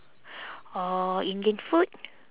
or indian food